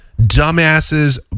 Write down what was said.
dumbasses